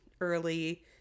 early